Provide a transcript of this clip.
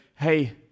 hey